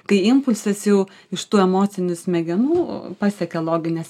kai impulsas jau iš tų emocinių smegenų pasiekia logines